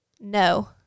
no